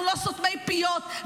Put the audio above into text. אנחנו לא סותמי פיות.